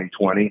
2020